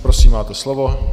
Prosím, máte slovo.